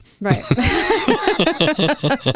Right